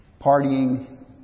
Partying